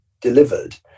delivered